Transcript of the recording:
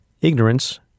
ignorance